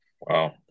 wow